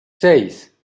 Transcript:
seis